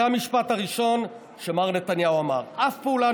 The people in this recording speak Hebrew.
זה המשפט הראשון שמר נתניהו אמר: "אף פעולה